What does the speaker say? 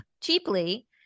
cheaply